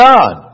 God